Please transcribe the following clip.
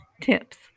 tips